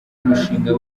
umushinga